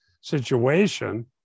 situation